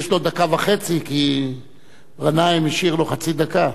יש לו דקה וחצי, כי גנאים השאיר לו חצי דקה.